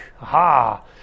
Aha